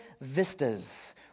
vistas